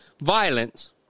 violence